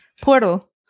Portal